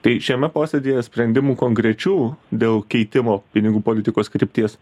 tai šiame posėdyje sprendimų konkrečių dėl keitimo pinigų politikos krypties